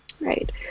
right